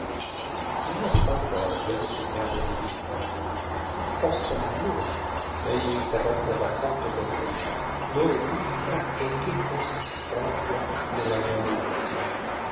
in una stanza già disegnata e dipinta si sposta il lume egli interrompe il racconto per dirci dove guizza e in che cosa si frange nella nuova direzione